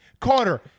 Carter